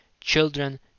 Children